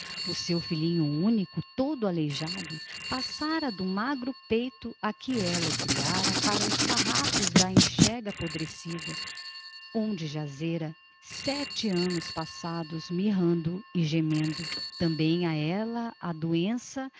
o seu filhinho único todo aleijado passara do magro peito a que ela o criara para os farrapos de enxerga apodrecida onde jazera sete anos passados mirrando e gemendo também a ela a doença